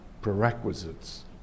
prerequisites